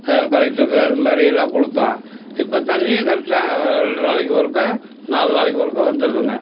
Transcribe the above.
கலெக்ட்ருக்கு இது மாதிரி எல்லாம் கொடுத்தோம் இப்போ தண்ணியும் கரெக்டாக ரெண்டு நாளைக்கு ஒருக்க நாலு நாளைக்கு ஒருக்க வந்துடுதுங்க